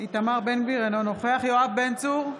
אינו נוכח יואב בן צור,